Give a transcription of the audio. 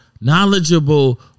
knowledgeable